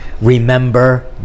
Remember